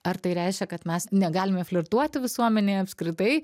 ar tai reiškia kad mes negalime flirtuoti visuomenėje apskritai